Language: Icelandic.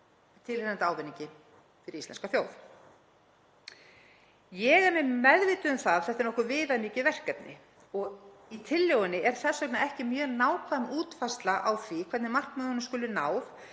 tilheyrandi ávinningi fyrir íslenska þjóð. Ég er mjög meðvituð um að þetta er nokkuð viðamikið verkefni og í tillögunni er þess vegna ekki mjög nákvæm útfærsla á því hvernig markmiðunum skuli náð